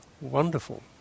Wonderful